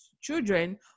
children